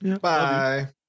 bye